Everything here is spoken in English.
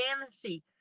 fantasy